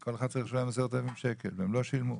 וכל אחד שילם 10,000 שקל והם לא שילמו.